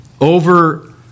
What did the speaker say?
over